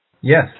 Yes